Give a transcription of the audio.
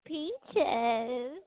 Peaches